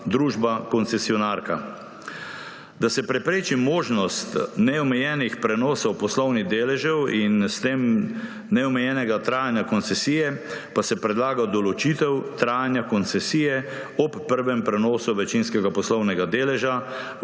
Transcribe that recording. družba koncesionarka. Da se prepreči možnost neomejenih prenosov poslovnih deležev in s tem neomejenega trajanja koncesije, pa se predlaga določitev trajanja koncesije ob prvem prenosu večinskega poslovnega deleža